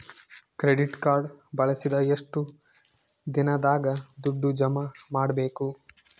Credit card ಬಳಸಿದ ಎಷ್ಟು ದಿನದಾಗ ದುಡ್ಡು ಜಮಾ ಮಾಡ್ಬೇಕು?